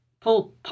pull